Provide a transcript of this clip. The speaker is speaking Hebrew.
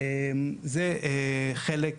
אני כן רוצה